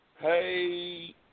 hey